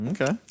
Okay